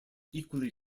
equally